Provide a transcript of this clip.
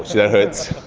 that hurts.